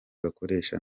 bakoresha